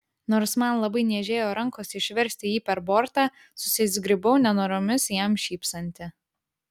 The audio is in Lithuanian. nors man labai niežėjo rankos išversti jį per bortą susizgribau nenoromis jam šypsanti